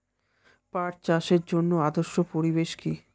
পাট চাষের জন্য আদর্শ পরিবেশ কি?